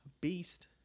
beast